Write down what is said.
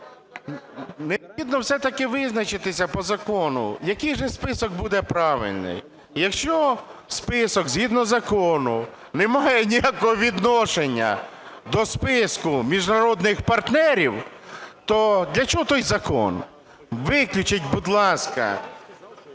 Необхідно все-таки визначитися по закону, який же список буде правильний. Якщо список згідно закону не має ніякого відношення до списку міжнародних партнерів, то для чого той закон? Виключіть, будь ласка,